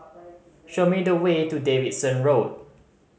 show me the way to Davidson Road